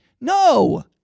No